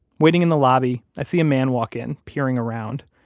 waiting in the lobby, i see a man walk in, peering around.